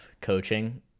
coaching